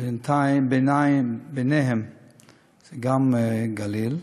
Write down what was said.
ובהם גם "לגליל",